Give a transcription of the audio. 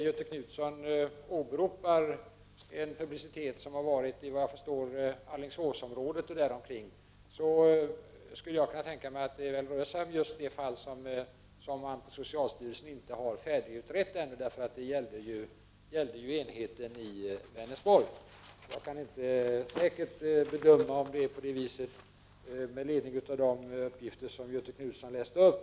Göthe Knutson åberopar den publicitet som varit i, såvitt jag förstår, Alingsåsområdet och trakten däromkring. Jag skulle kunna tänka mig att det rör sig om just det fall som man på socialstyrelsen inte har färdigutrett ännu. Det gällde ju enheten i Vänersborg. Jag kan således inte säkert bedöma om det är på det viset med ledning av det som Göthe Knutson läste upp.